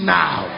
now